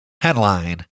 Headline